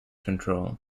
control